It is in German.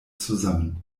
zusammen